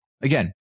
Again